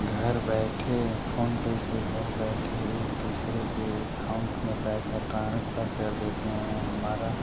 घर बैठे फ़ोन पर से घर बैठे एक दूसरे के एकहाऊँट मैं पैसा ट्रांस्फर कर देते हैं हमारा